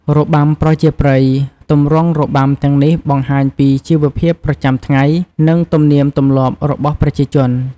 របាំប្រជាប្រិយ ទម្រង់របាំទាំងនេះបង្ហាញពីជីវភាពប្រចាំថ្ងៃ និងទំនៀមទម្លាប់របស់ប្រជាជន។